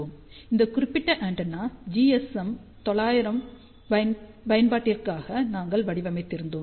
இந்த குறிப்பிட்ட antenna GSM 900 பயன்பாட்டிற்காக நாங்கள் வடிவமைத்திருந்தோம்